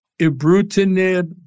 ibrutinib